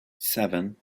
seven